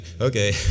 Okay